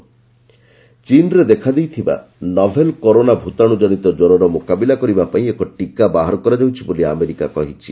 US corona ଚୀନରେ ଦେଖାଦେଇଥିବା novel corona ଭୂତାଣୁ ଜନିତ କ୍ୱରର ମୁକାବିଲା କରିବା ପାଇଁ ଏକ ଟୀକା ବାହାର କରାଯାଉଛି ବୋଲି ଆମେରିକା କହିଛି